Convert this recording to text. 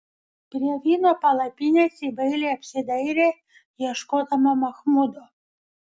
prie vyno palapinės ji bailiai apsidairė ieškodama machmudo